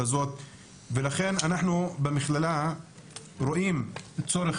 ולכן במכללה אנחנו רואים צורך,